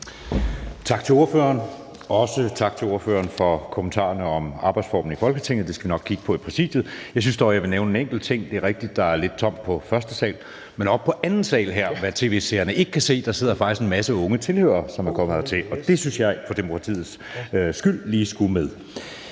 Tak til ordføreren, og også tak til ordføreren for kommentarerne om arbejdsformen i Folketinget. Det skal vi nok kigge på i Præsidiet. Jeg synes dog, jeg vil nævne en enkelt ting. Det er rigtigt, at der er lidt tomt på første sal, men oppe på tilhørerrækkerne på anden sal her, hvad tv-seerne ikke kan se, sidder faktisk en masse unge tilhørere, som er kommet hertil, og det synes jeg for demokratiets skyld lige skulle med.